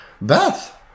Beth